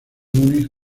múnich